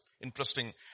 interesting